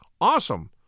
Awesome